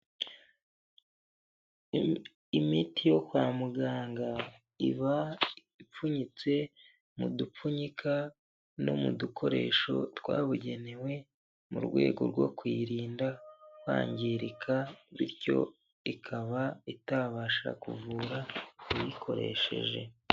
Imiti yo kwa muganga iba ipfunyitse mu dupfunyika no mu dukoresho twabugenewe mu rwego rwo kurinda kwangirika bityo ikaba itabasha kuvura uyikoresheje.